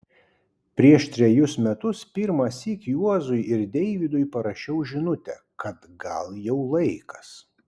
prieš trejus metus pirmąsyk juozui ir deivydui parašiau žinutę kad gal jau laikas